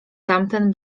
tamten